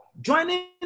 joining